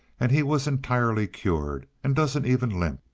and he was entirely cured and doesn't even limp.